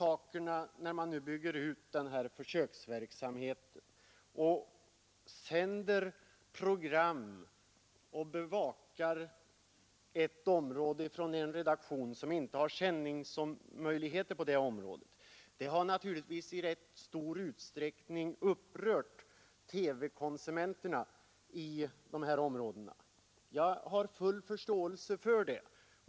Att man nu bygger ut försöksverksamheten och sänder program och bevakar ett område från en redaktion som inte har sändningsmöjligheter på det området har naturligtvis i rätt stor utsträckning upprört TV-konsumenterna i de här områdena. Jag har full förståelse för det.